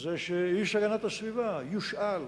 זה שאיש הגנת הסביבה יושאל,